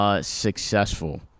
successful